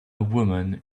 woman